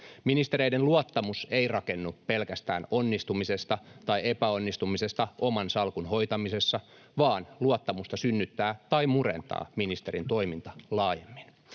Ministereiden luottamus ei rakennu pelkästään onnistumisesta tai epäonnistumisesta oman salkun hoitamisessa, vaan luottamusta synnyttää tai murentaa ministerin toiminta laajemmin.